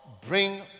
bring